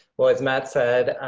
well, as matt said,